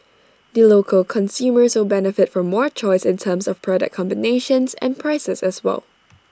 the local consumers will benefit from more choice in terms of product combinations and prices as well